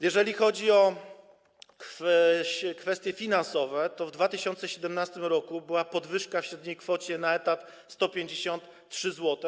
Jeżeli chodzi o kwestie finansowe, to w 2017 r. była podwyżka w średniej kwocie na etat w wysokości 153 zł.